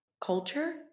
culture